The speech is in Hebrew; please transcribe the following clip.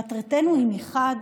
מטרתנו היא מחד